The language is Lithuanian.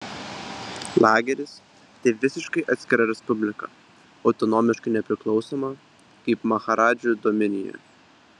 lageris tai visiškai atskira respublika autonomiškai nepriklausoma kaip maharadžų dominija